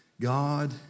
God